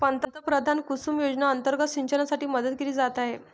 पंतप्रधान कुसुम योजना अंतर्गत सिंचनासाठी मदत दिली जात आहे